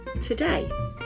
today